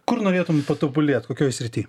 kur norėtum patobulėt kokioj srity